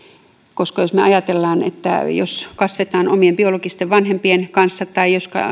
jos me ajattelemme sitä että kasvetaan omien biologisten vanhempien kanssa tai että